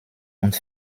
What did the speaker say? und